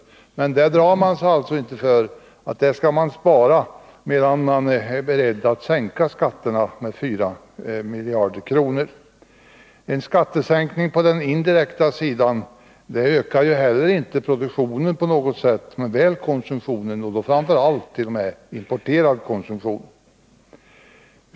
Men man drar sig alltså inte för att spara där, medan man är beredd att sänka skatterna med 4 miljarder kronor. En skattesänkning på den indirekta sidan ökar inte heller på något sätt produktionen men väl konsumtionen, och framför allt importerad konsumtion.